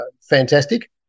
fantastic